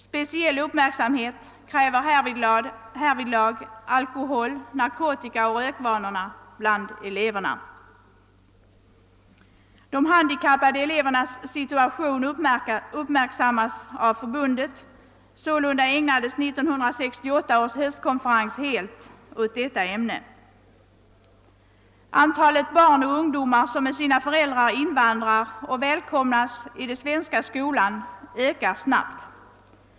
Speciell uppmärksamhet kräver härvid alkohol-, narkotikaoch rökvanorna bland eleverna. De handikappade elevernas situation uppmärksammas av förbundet. Sålunda ägnades 1968 års höstkonferens helt åt detta ämne. Antalet barn och ungdomar som med sina föräldrar invandrar och välkomnas i den svenska skolan ökar snabbt.